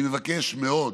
אני מבקש מאוד